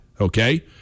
okay